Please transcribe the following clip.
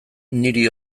niri